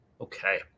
Okay